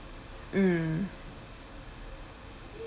mm